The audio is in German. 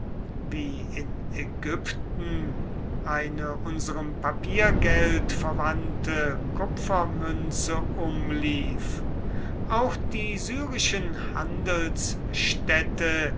wie in ägypten eine unserem papiergeld verwandte kupfermünze umlief auch die syrischen handelsstädte